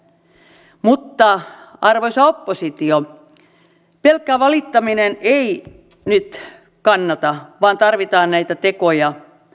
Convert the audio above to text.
mutta arvoisa oppositio pelkkä valittaminen ei nyt kannata vaan tarvitaan näitä tekoja